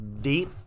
deep